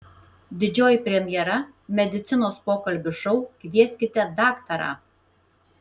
didžioji premjera medicinos pokalbių šou kvieskite daktarą